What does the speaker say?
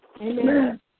Amen